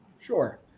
Sure